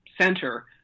center